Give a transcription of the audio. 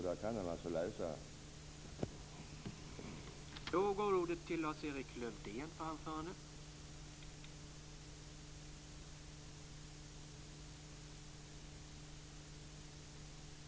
Där kan han alltså läsa svaren.